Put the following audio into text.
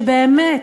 שבאמת,